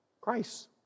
Christ